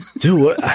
dude